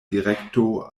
direkto